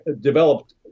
developed